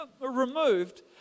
removed